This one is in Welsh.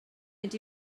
mynd